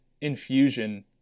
infusion